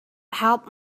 helped